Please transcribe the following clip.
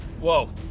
Whoa